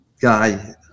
guy